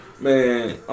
Man